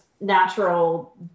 natural